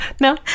No